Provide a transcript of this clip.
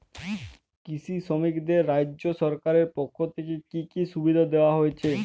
কৃষি শ্রমিকদের রাজ্য সরকারের পক্ষ থেকে কি কি সুবিধা দেওয়া হয়েছে?